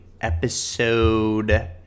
episode